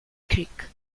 creek